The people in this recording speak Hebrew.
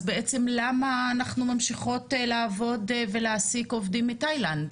אז בעצם למה אנחנו ממשיכות לעבוד ולהעסיק עובדים מתאילנד?